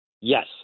Yes